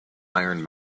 iron